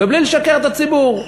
ובלי לשקר לציבור.